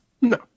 No